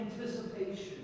anticipation